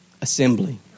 assembly